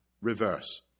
reverse